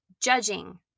judging